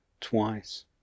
twice